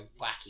wacky